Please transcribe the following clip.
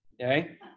okay